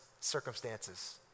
circumstances